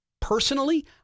Personally